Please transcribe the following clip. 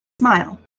Smile